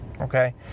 okay